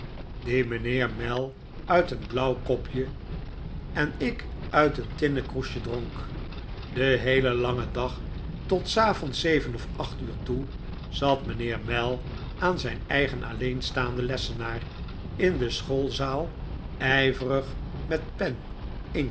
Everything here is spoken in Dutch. die mijnheer mell uit een blauw kopje en ik uit een tinnen kroesje dronk den heelen langen dag tot s avonds zeven of acht uur toe zat mijnheer mell aan zijn eigen alleenstaanden lessenaar in de schoolzaal ijverig met pen